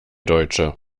deutsche